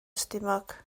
stumog